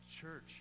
church